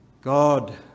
God